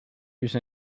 use